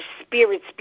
spirits